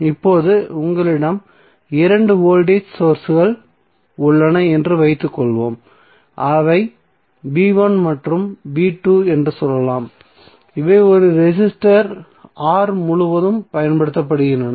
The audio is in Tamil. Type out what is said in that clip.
இப்போது உங்களிடம் 2 வோல்டேஜ் சோர்ஸ்கள் உள்ளன என்று வைத்துக்கொள்வோம் அவை மற்றும் என்று சொல்லலாம் இவை ஒரு ரெசிஸ்டர் R முழுவதும் பயன்படுத்தப்படுகின்றன